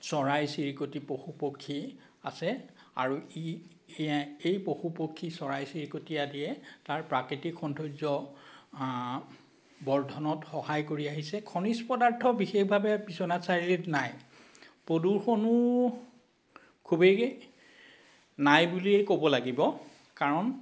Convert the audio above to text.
চৰাই চিৰিকটি পশু পক্ষী আছে আৰু ই এয়াই এই পশু পক্ষী চৰাই চিৰিকটি আদিয়ে তাৰ প্ৰাকৃতিক সৌন্দৰ্য্য বৰ্ধনত সহায় কৰি আহিছে খনিজ পদাৰ্থ বিশেষভাৱে বিশ্বনাথ চাৰিআলিত নাই প্ৰদূষণো খুবেই নাই বুলিয়েই ক'ব লাগিব কাৰণ